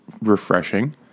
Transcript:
refreshing